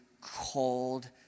cold